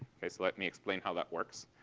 okay? so let me explain how that works.